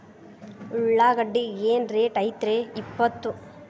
ಉಳ್ಳಾಗಡ್ಡಿ ಏನ್ ರೇಟ್ ಐತ್ರೇ ಇಪ್ಪತ್ತು?